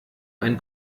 ein